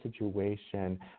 situation